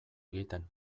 egiten